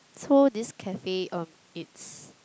so this cafe um it's